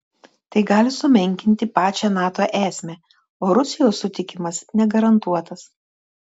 tai gali sumenkinti pačią nato esmę o rusijos sutikimas negarantuotas